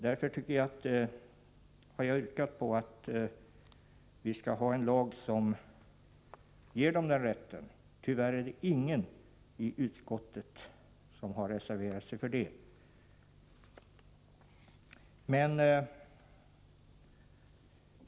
Därför har jag yrkat på att vi skall ha en lag som ger dem denna rätt. Tyvärr är det ingen i utskottet som har reserverat sig för det.